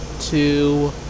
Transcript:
two